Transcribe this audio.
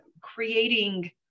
creating